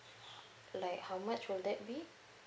like how much will that be